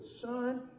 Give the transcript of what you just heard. Son